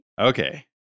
Okay